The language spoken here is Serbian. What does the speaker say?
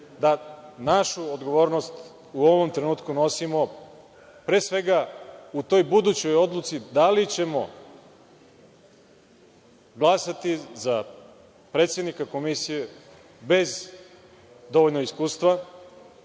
da našu odgovornost u ovom trenutku nosimo pre svega u toj budućoj odluci da li ćemo glasati za predsednika Komisije bez dovoljno iskustva,